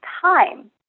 time